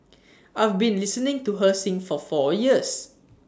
I've been listening to her sing for four years